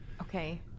Okay